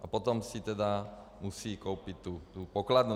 A potom si tedy musí koupit pokladnu.